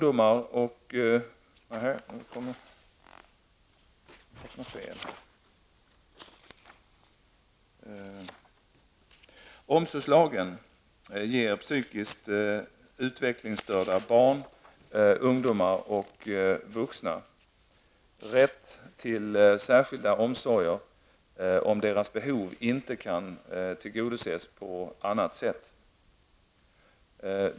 Omsorgslagen ger psykiskt utvecklingsstörda barn, ungdomar och vuxna rätt till särskilda omsorger, om deras behov inte kan tillgodoses på annat sätt.